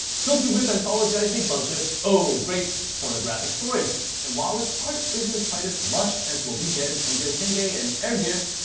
silky whip anthologized a bunch of oh! great's pornographic stories and while its art isn't quite as lush as what we get in tenjo tenge and air gear,